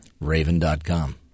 Raven.com